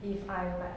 if I like